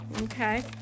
okay